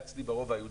אצלי ברובע היהודי,